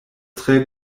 tre